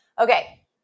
Okay